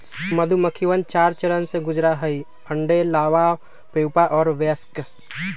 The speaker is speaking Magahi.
मधुमक्खिवन चार चरण से गुजरा हई अंडे, लार्वा, प्यूपा और वयस्क